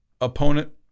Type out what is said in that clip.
opponent